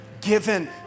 given